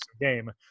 game